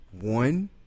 One